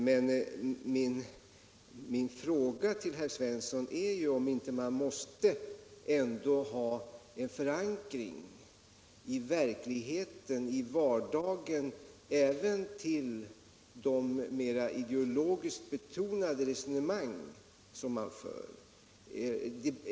Men jag vill ställa frågan till herr Svensson, om man ändå inte måste ha en förankring i verkligheten, i vardagen, även när det gäller de mera ideologiskt betonade resonemangen.